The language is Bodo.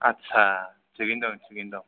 आटसा थिखयैनो दं थिखयैनो दं